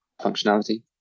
functionality